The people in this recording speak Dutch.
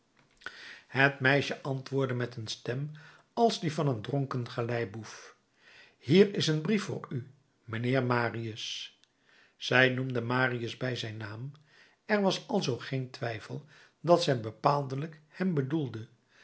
het meisje antwoordde met een stem als die van een dronken galeiboef hier is een brief voor u mijnheer marius zij noemde marius bij zijn naam er was alzoo geen twijfel dat zij bepaaldelijk hem bedoelde